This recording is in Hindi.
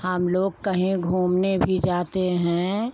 हम लोग कहीं घूमने भी जाते हैं